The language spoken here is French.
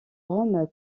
rome